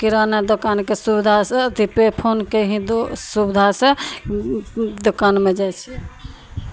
किराना दोकानके सुविधा सभ अथी पे फोनके ही दो सुविधासँ दोकानमे जाइ छियै